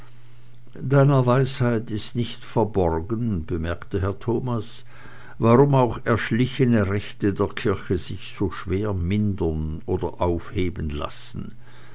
deiner weisheit ist nicht verborgen bemerkte herr thomas warum auch erschlichene rechte der kirche sich so schwer mindern oder aufheben lassen